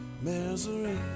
misery